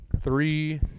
Three